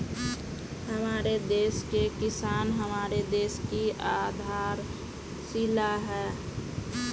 हमारे देश के किसान हमारे देश की आधारशिला है